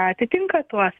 atitinka tuos